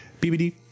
bbd